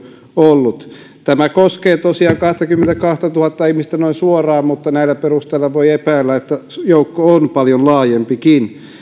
ollut tämä koskee tosiaan kahtakymmentäkahtatuhatta ihmistä noin suoraan mutta näillä perusteilla voi epäillä että joukko on paljon laajempikin